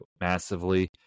massively